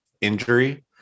injury